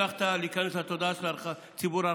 הצלחת להיכנס לתודעה של הציבור הרחב.